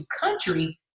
country